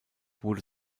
wurde